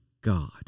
God